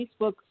Facebook